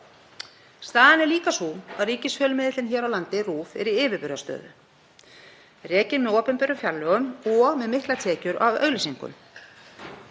Staðan er líka sú að ríkisfjölmiðillinn hér á landi, RÚV, er í yfirburðarstöðu, rekinn með opinberum fjárlögum og með miklar tekjur af auglýsingum.